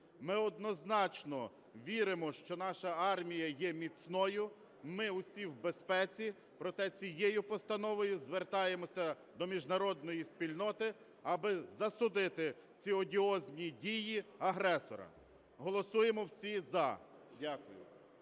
Ми однозначно віримо, що наша армія є міцною, ми усі в безпеці, проте цією постановою звертаємося до міжнародної спільноти, аби засудити ці одіозні дії агресора. Голосуємо всі "за". Дякую.